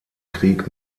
krieg